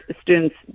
student's